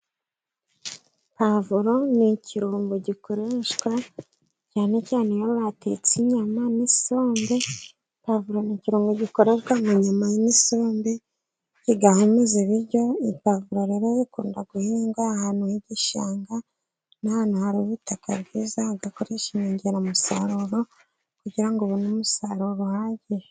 Pavuro ni ikirungo gikoreshwa cyane cyane iyo batetse inyama n’isombe. Pavuro ni ikirungo gikoreshwa mu nyama n’isombe, kigahumuza ibiryo. Iyi pavuro rero, zikunda guhingwa ahantu h'igishanga na hantu hari ubutaka bwiza, ugakoresha inyongeramusaruro kugira ngo ubone umusaruro uhagije.